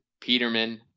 Peterman